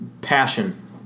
passion